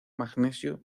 magnesio